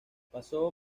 pasó